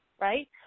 right